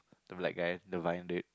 the black guy the brown dude